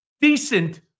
decent